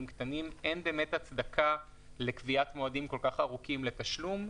קטנים אין באמת הצדקה לקביעת מועדים כל כך ארוכים לתשלום,